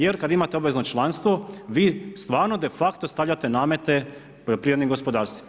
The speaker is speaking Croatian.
Jer kada imate obvezno članstvo vi stvarno de facto stavljate namete poljoprivrednim gospodarstvima.